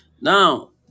Now